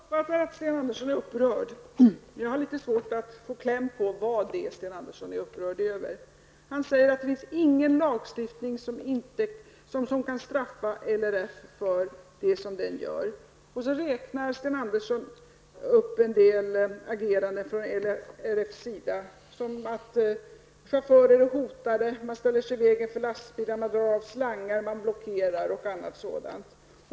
Herr talman! Jag uppfattar att Sten Andersson är upprörd, men jag har litet svårt att få kläm på vad det är som Sten Andersson är upprörd över. Han säger att det inte finns någon lagstiftning som kan straffa RLF för vad RLF gör. Så räknar Sten Andersson upp en del ageranden från RLFs sida -- att chaufförer hotas, att man ställer sig i vägen för lastbilar, att man drar av slangar, att man blockerar osv.